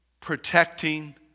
protecting